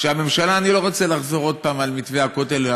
אני לא רוצה לחזור עוד פעם על מתווה הכותל ועל